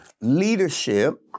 Leadership